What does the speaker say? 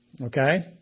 okay